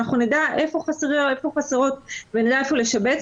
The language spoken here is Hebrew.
שאנחנו נדע איפה חסרות ונדע איפה לשבץ,